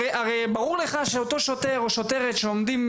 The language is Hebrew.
הרי ברור שאותו שוטר או שוטרת שעומדים